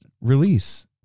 release